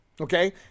Okay